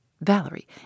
Valerie